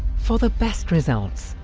for the best results,